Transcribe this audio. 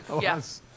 Yes